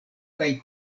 kaj